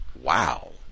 Wow